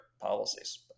policies